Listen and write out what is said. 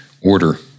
order